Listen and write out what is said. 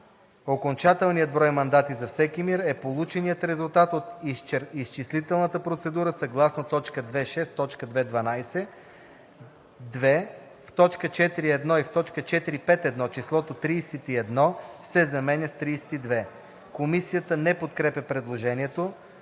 Окончателният брой мандати за всеки МИР е полученият резултат от изчислителната процедура съгласно т. 2.6 – т. 2.12. 2. В т. 4.1 и т. 4.5.1 числото „31“ се заменя с „32“.“ Комисията не подкрепя предложението.